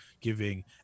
giving